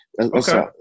Okay